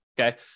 okay